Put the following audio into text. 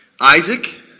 Isaac